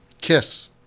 Kiss